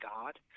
God